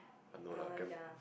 err no lah gram